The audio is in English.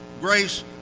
grace